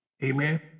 Amen